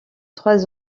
trois